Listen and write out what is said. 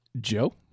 Joe